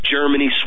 Germany